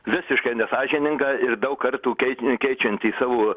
visiškai nesąžiningą ir daug kartų keinti keičiantį savo